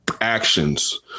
actions